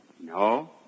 No